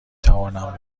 توانم